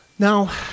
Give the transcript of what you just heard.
Now